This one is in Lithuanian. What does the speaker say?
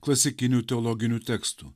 klasikinių teologinių tekstų